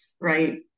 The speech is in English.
right